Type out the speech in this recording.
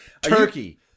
turkey